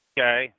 Okay